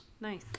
Nice